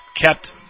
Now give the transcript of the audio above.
Kept